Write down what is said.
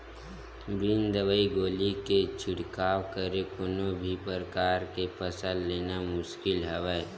बिन दवई गोली के छिड़काव करे कोनो भी परकार के फसल लेना मुसकिल हवय